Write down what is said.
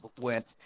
went